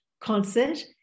concert